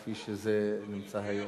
כפי שזה נמצא היום?